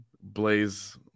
Blaze